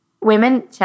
women